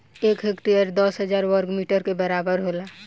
एक हेक्टेयर दस हजार वर्ग मीटर के बराबर होला